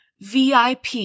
VIP